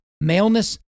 maleness